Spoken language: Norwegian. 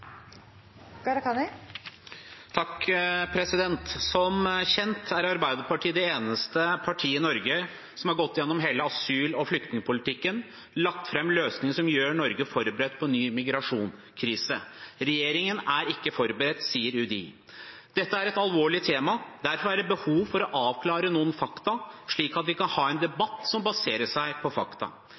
Som kjent er Arbeiderpartiet det eneste partiet i Norge som har gått gjennom hele asyl- og flyktningpolitikken og lagt fram løsninger som gjør Norge forberedt på ny en migrasjonskrise. Regjeringen er ikke forberedt, sier UDI. Dette er et alvorlig tema. Derfor er det behov for å avklare noen fakta, slik at vi kan ha en debatt som baserer seg på fakta.